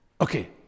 Okay